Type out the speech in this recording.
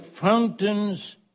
fountains